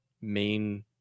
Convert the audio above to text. main